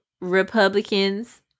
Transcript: Republicans